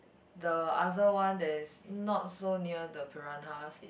the other one that is not so near the Piranhas